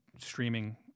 streaming